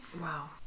Wow